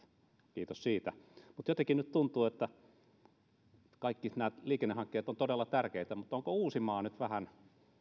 kiitos siitä mutta jotenkin nyt tuntuu kaikki nämä liikennehankkeet ovat todella tärkeitä että onko uusimaa nyt vähän